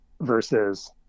versus